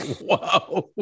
Wow